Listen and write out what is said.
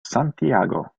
santiago